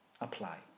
apply